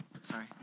sorry